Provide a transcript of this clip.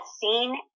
seen